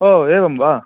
ओ एवं वा